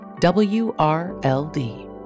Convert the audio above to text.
W-R-L-D